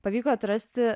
pavyko atrasti